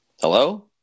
Hello